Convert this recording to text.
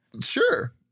Sure